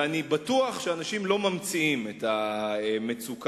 אני בטוח שאנשים לא ממציאים את המצוקה